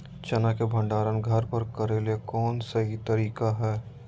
चना के भंडारण घर पर करेले कौन सही तरीका है?